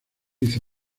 hizo